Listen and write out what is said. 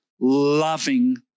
loving